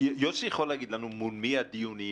יוסי יכול להגיד לנו מול מי הדיונים,